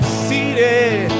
seated